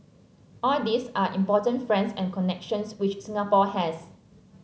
all these are important friends and connections which Singapore has